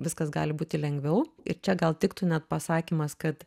viskas gali būti lengviau ir čia gal tiktų net pasakymas kad